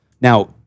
Now